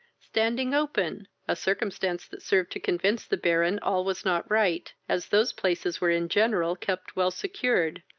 standing open a circumstance that served to convince the baron all was not right, as those places were in general kept well secured,